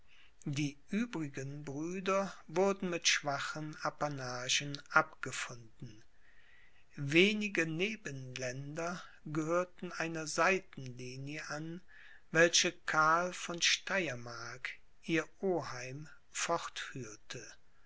die übrigen brüder wurden mit schwachen apanagen abgefunden wenige nebenländer gehörten einer seitenlinie an welche karl von steyermark ihr oheim